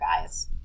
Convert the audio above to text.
guys